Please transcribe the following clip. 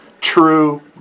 true